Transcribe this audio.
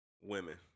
women